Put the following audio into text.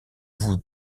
vous